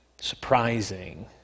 Surprising